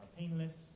painless